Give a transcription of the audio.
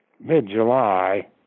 mid-July